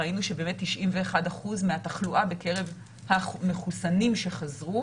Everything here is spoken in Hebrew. ראינו שבאמת 91% מהתחלואה בקרב המחוסנים שחזרו